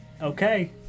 okay